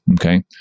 Okay